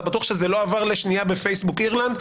אתה בטוח שזה לא עבר לשנייה בפייסבוק אירלנד,